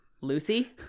Lucy